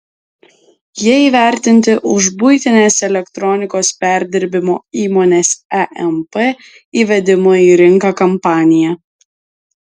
jie įvertinti už buitinės elektronikos perdirbimo įmonės emp įvedimo į rinką kampaniją